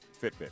Fitbit